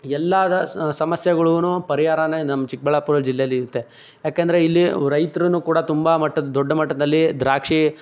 ಎಲ್ಲಾದ ಸಮಸ್ಯೆಗುಳಗೂ ಪರಿಹಾರನೇ ನಮ್ಮ ಚಿಕ್ಕಬಳ್ಳಾಪುರ ಜಿಲ್ಲೆಲಿರುತ್ತೆ ಯಾಕೆಂದರೆ ಇಲ್ಲಿ ರೈತ್ರು ಕೂಡ ತುಂಬ ಮಟ್ಟದ ದೊಡ್ಡ ಮಟ್ಟದಲ್ಲಿ ದ್ರಾಕ್ಷಿ